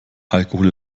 alkohol